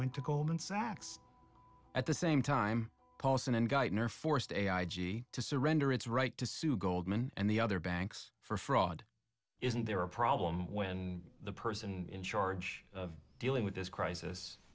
went to goldman sachs at the same time paulson and geithner forced a i g to surrender its right to sue goldman and the other banks for fraud isn't there a problem when the person in charge of dealing with this crisis